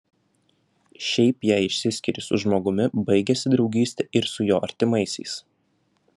šiaip jei išsiskiri su žmogumi baigiasi draugystė ir su jo artimaisiais